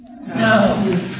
No